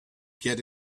get